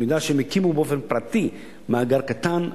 אני יודע שהם הקימו באופן פרטי מאגר קטן,